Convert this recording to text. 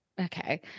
Okay